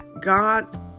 God